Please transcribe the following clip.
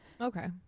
okay